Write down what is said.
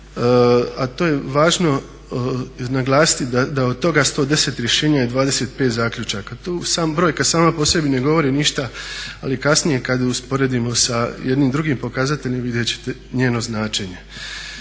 a to je važno naglasiti da od toga 110 rješenja je 25 zaključaka. Tu brojka sama po sebi ne govori ništa ali kasnije kada je usporedimo sa jednim drugim pokazateljem vidjeti ćete njeno značenje.